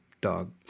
dog